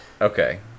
Okay